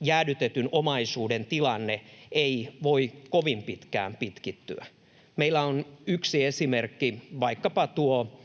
jäädytetyn omaisuuden tilanne ei voi kovin pitkään pitkittyä. Meillä on yksi esimerkki, vaikkapa tuo